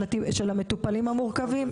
של המטופלים המורכבים.